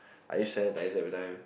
I use sanitizer every time